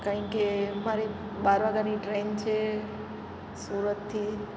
કારણ કે મારે બાર વાગ્યાની ટ્રેન છે સુરતથી